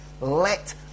Let